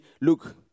look